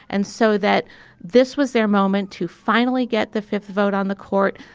and so that this was their moment to finally get the fifth vote on the court.